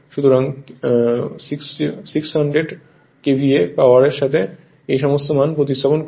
সুতরাং 600 KVA power সাথে এই সমস্ত মান প্রতিস্থাপন করুন